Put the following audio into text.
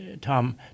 Tom